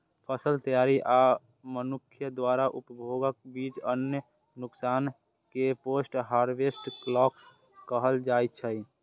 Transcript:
फसल तैयारी आ मनुक्ख द्वारा उपभोगक बीच अन्न नुकसान कें पोस्ट हार्वेस्ट लॉस कहल जाइ छै